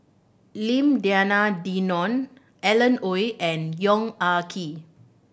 Lim Denan Denon Alan Oei and Yong Ah Kee